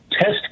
test